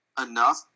enough